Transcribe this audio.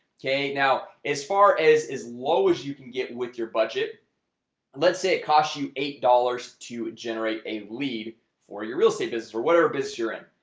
okay. now as far as as low as you can get with your budget let's say it costs you eight dollars to generate a lead for your real estate business or whatever business you're in.